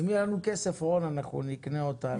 אם יהיה לנו כסף רון אנחנו נקנה אותה